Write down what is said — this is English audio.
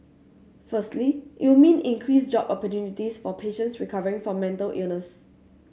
firstly it will mean increased job opportunities for patients recovering from mental illness